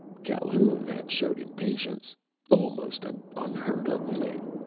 calhoun had shown impatience almost an unheard-of thing!